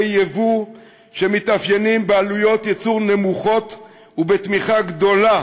יבוא שמתאפיינים בעלויות ייצור נמוכות ובתמיכה גדולה